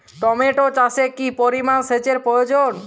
Tomato চাষে কি পরিমান সেচের প্রয়োজন?